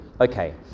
Okay